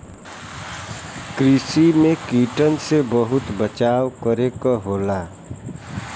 कृषि में कीटन से बहुते बचाव करे क होला